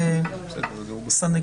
בבקשה.